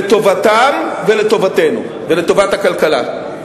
לטובתם ולטובתנו ולטובת הכלכלה.